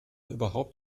überhaupt